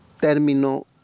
término